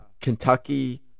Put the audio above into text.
Kentucky